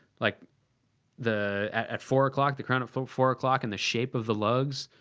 like the. at at four o'clock, the crown at four four o'clock and the shape of the lugs,